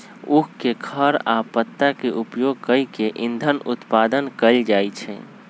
उख के खर आ पत्ता के उपयोग कऽ के इन्धन उत्पादन कएल जाइ छै